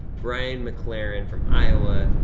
brian mclaren from iowa.